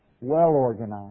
well-organized